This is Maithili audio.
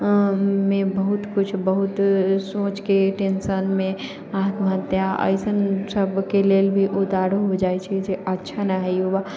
अपने आपमे बहुत किछु बहुत सोचके टेन्शनमे आत्महत्या अइसन सबके लेल भी उतारू हो जाइ छै जे अच्छा नहि होइ हइ युवा